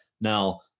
now